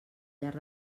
llarg